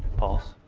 pulse,